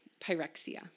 pyrexia